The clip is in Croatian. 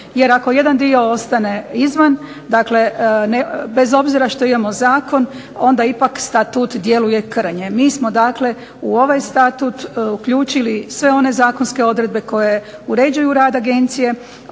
Jer ako jedan dio ostane izvan, dakle bez obzira što imamo zakon onda ipak Statut djeluje krnje. Mi smo dakle u ovaj Statut uključili sve one zakonske odredbe koje uređuju rad agencije